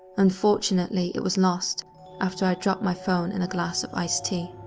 unfortunately it was lost after i dropped my phone in a glass of iced tea.